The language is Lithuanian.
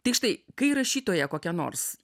tik štai kai rašytoja kokia nors